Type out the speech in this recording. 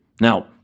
Now